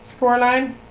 scoreline